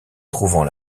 trouvant